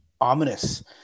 ominous